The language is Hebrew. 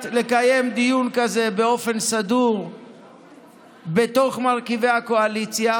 לקיים דיון כזה באופן סדור בתוך מרכיבי הקואליציה,